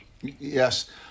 Yes